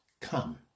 Come